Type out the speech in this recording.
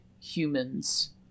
humans